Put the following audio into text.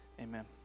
Amen